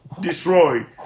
destroy